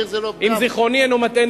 אם זיכרוני אינו מטעני,